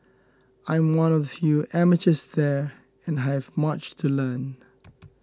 I am one of the few amateurs there and I have much to learn